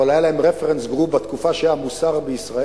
אבל היה להם reference group בתקופה שהיה מוסר בישראל.